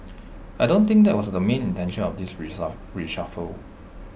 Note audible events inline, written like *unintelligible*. I don't think that was the main intention of this *unintelligible* reshuffle